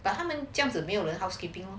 but 他们这样子没有人 housekeeping